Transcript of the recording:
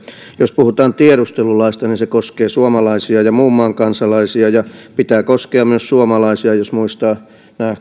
jos puhutaan tiedustelulaista se koskee suomalaisia ja muun maan kansalaisia sen pitää koskea myös suomalaisia jos muistaa nämä